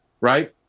right